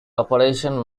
operation